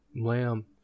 lamb